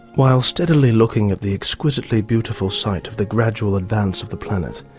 while steadily looking at the exquisitely beautiful sight of the gradual advance of the planet,